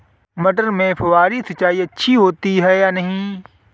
मटर में फुहरी सिंचाई अच्छी होती है या नहीं?